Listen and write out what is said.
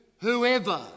whoever